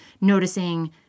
noticing